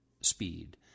speed